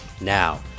Now